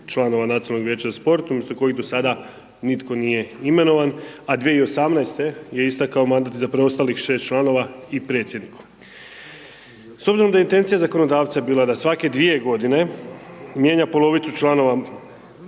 članova Nacionalnog vijeća za sport, umjesto kojih do sada nitko nije imenovan, a 2018. je istekao mandat za preostalih 6 članova i predsjedniku. S obzirom da je intencija zakonodavca bila da svake 2 godine mijenja polovicu članova